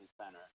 center